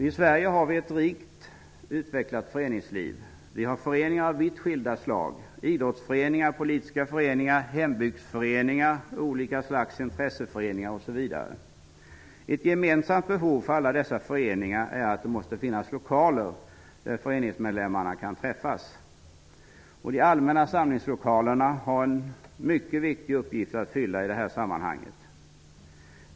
I Sverige har vi ett rikt utvecklat föreningsliv. Vi har föreningar av vitt skilda slag, idrottsföreningar, politiska föreningar, hembygdsföreningar, olika slags intresseföreningar osv. Ett gemensamt behov för alla dessa föreningar är lokaler där föreningsmedlemmarna kan träffas. De allmänna samlingslokalerna har en mycket viktig uppgift att fylla i det sammanhanget.